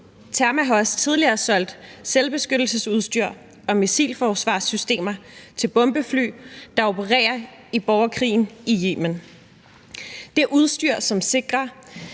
Terma har også tidligere solgt selvbeskyttelsesudstyr og missilforsvarssystemer til bombefly, der opererer i borgerkrigen i Yemen. Det er udstyr, som sikrer,